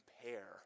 compare